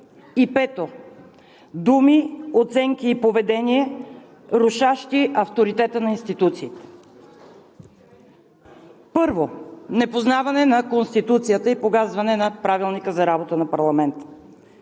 Пето, думи, оценки и поведение, рушащи авторитета на институцията. Първо – непознаване на Конституцията и погазване на Правилника за работата на парламента.